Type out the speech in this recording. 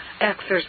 exercise